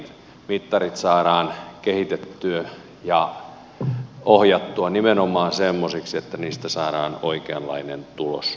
mittarit saadaan kehitettyä ja ohjattua nimenomaan semmoisiksi että niistä saadaan oikeanlainen tulos haluttu tulos